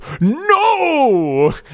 no